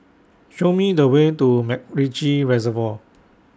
Show Me The Way to Macritchie Reservoir